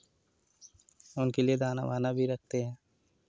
उनके लिए दाना वाना भी रखते हैं